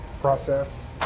process